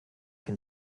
can